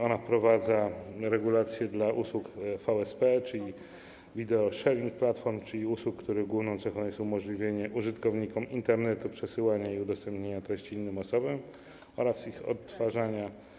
Ona wprowadza regulacje dla usług VSP, czyli video sharing platform, czyli usług, których główną cechą jest umożliwianie użytkownikom Internetu przesyłania i udostępniania treści innym osobom oraz ich odtwarzania.